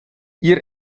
ihr